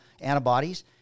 antibodies